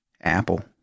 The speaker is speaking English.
Apple